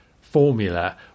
formula